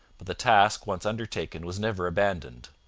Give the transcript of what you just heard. but the task once undertaken was never abandoned.